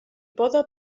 poda